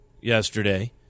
yesterday